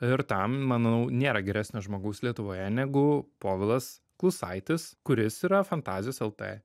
ir tam manau nėra geresnio žmogaus lietuvoje negu povilas klusaitis kuris yra fantazijos lt